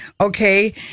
okay